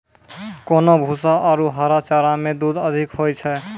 कोन भूसा आरु हरा चारा मे दूध अधिक होय छै?